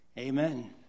amen